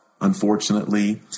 unfortunately